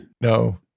No